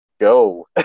go